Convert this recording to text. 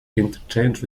interchange